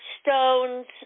stones